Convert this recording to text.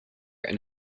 and